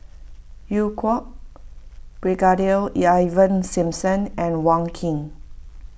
Eu Kong Brigadier Ivan Simson and Wong Keen